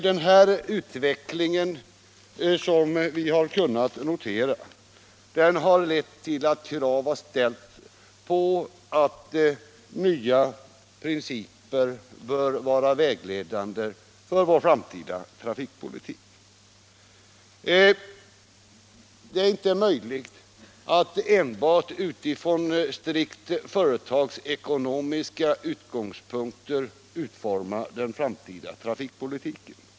Den utveckling som vi kunnat notera har lett till att krav har ställts på att nya principer bör vara vägledande för vår framtida trafikpolitik. Det är inte möjligt att enbart från strikt företagsekonomiska utgångspunkter utforma den framtida trafikpolitiken.